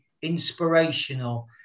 inspirational